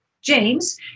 James